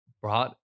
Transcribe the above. brought